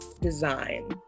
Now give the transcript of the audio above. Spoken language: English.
design